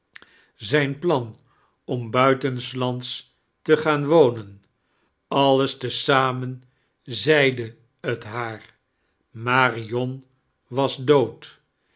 zijn plan om buiitemslands te gaan women alles tie zamen zeide t haar marion was dood